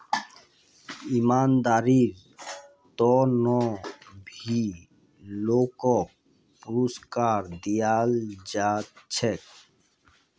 ईमानदारीर त न भी लोगक पुरुस्कार दयाल जा छेक